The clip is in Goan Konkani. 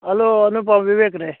हॅलो अनुप हांव विवेक रे